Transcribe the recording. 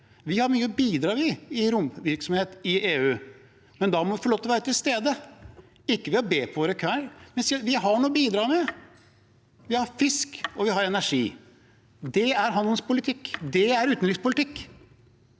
Vi har mye å bidra med i romvirksomhet i EU, men da må vi få lov til å være til stede, ikke ved å be på våre knær, men ved å si at vi har noe å bidra med. Vi har fisk, og vi har energi. Det er handelspolitikk, det er utenrikspolitikk.